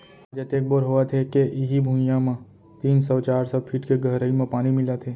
आज अतेक बोर होवत हे के इहीं भुइयां म तीन सौ चार सौ फीट के गहरई म पानी मिलत हे